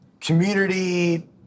community